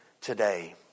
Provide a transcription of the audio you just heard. today